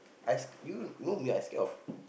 as~ you know me I scared of